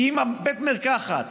כי אם בית המרקחת,